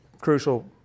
crucial